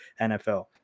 nfl